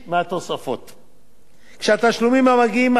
כשהתשלומים המגיעים עד לחודש יולי 2012